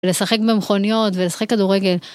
לשחק במכוניות ולשחק כדורגל.